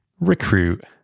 recruit